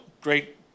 great